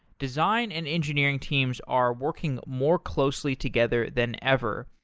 design and engineering teams are working more closely together than ever.